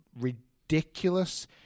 ridiculous